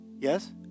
Yes